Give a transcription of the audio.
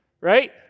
right